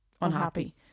unhappy